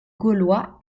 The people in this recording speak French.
gaulois